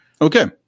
Okay